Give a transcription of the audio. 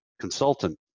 consultant